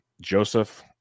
Joseph